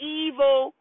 evil